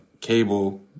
cable